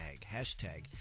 hashtag